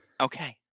Okay